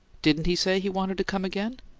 didn't he say he wanted to come again?